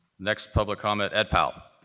next public comment, ed powell?